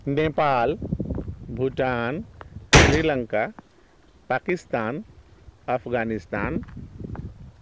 Nepal Bhutan Sri Lanka Pakistan Afghanistan